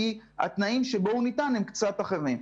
כי התנאים שבו הוא ניתן הם קצת אחרים.